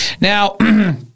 Now